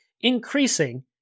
increasing